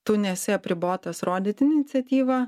tu nesi apribotas rodyti iniciatyvą